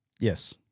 Yes